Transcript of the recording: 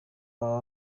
aba